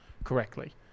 correctly